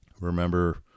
Remember